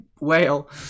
Whale